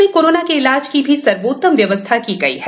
प्रदेश में कोरोना के इलाज की भी सर्वोत्तम व्यवस्था की गई है